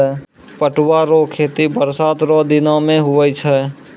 पटुआ रो खेती बरसात रो दिनो मे हुवै छै